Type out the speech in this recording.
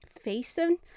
facing